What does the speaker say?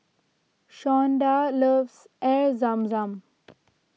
Shawnda loves Air Zam Zam